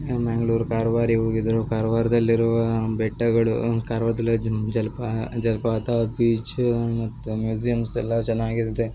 ಮ್ಯಾಂಗ್ಳೂರು ಕಾರ್ವಾರಿಗೆ ಹೋಗಿದ್ದರು ಕಾರ್ವಾರ್ದಲ್ಲಿರುವ ಬೆಟ್ಟಗಳು ಕಾರ್ವಾರ್ದಲ್ಲಿ ಜಲ್ಪಾ ಜಲಪಾತ ಬೀಚು ಮತ್ತು ಮ್ಯೂಸಿಯಮ್ಸ್ ಎಲ್ಲ ಚೆನ್ನಾಗಿರುತ್ತೆ